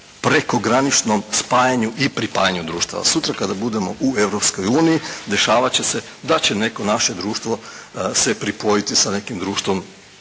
prekograničnom spajanju i pripajanju društva. Sutra kada budemo u Europskoj uniji dešavat će se da će neko naše društvo se pripojiti sa nekim društvom